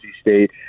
State